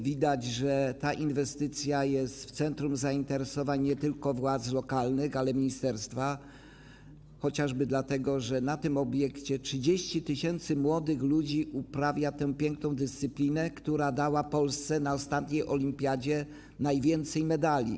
Widać, że ta inwestycja jest w centrum zainteresowań nie tylko władz lokalnych, ale także ministerstwa - chociażby dlatego, że na tym obiekcie 30 tys. młodych ludzi uprawia tę piękną dyscyplinę, która dała Polsce na ostatniej olimpiadzie najwięcej medali.